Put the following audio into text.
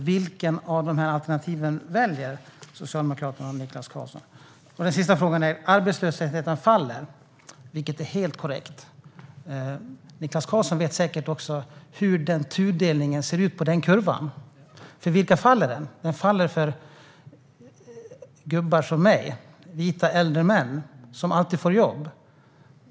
Vilket av alternativen väljer Socialdemokraterna och Niklas Karlsson? Den sista frågan jag har gäller detta med att arbetslösheten faller. Det är helt korrekt. Niklas Karlsson vet säkert också hur tudelningen av den kurvan ser ut. För vilka faller arbetslösheten? Jo, den faller för gubbar som jag - vita äldre män som alltid får jobb.